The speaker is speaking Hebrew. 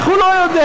איך הוא לא יודע?